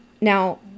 Now